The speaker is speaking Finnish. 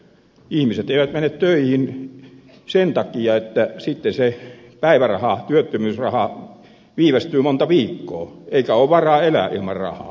ihmiset eivät mene töihin sen takia että sitten se työttömyysraha viivästyy monta viikkoa eikä ole varaa elää ilman rahaa